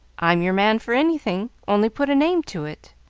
i'm your man for anything, only put a name to it.